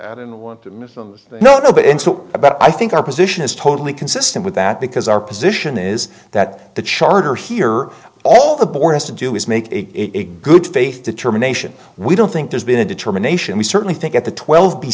i don't want to miss them no but in so about i think our position is totally consistent with that because our position is that the charter here are all the board has to do is make it a good faith determination we don't think there's been a determination we certainly think that the twelve b